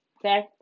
okay